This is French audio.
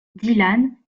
dylan